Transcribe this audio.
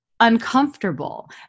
uncomfortable